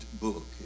book